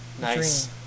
Nice